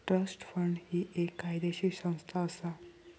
trust fund ही एक कायदेशीर संस्था असा